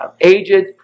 aged